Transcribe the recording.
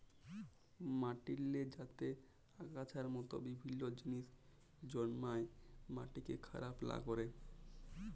মাটিল্লে যাতে আগাছার মত বিভিল্ল্য জিলিস জল্মায় মাটিকে খারাপ লা ক্যরে